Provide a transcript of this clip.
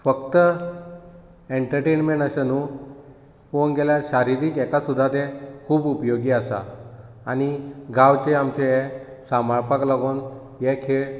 फक्त एँर्टटेंटमेंट अशें न्हूं पोळोवंक गेल्यार शारिरीक हेका सुद्दां ते खूब उपयोगी आसा आनी गांवचे आमचे हे सांबाळपाक लागून हे खेळ